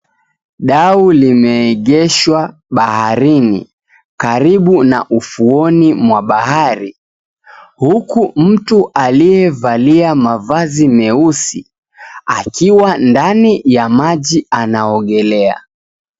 Dau limeegeshwa baharini karibu na ufuoni mwa bahari huku mtu aliyevalia mavazi meusi akiwa ndani ya maji anaogelea.